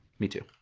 me too.